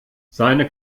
seine